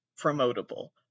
promotable